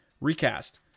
Recast